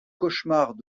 cauchemars